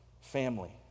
Family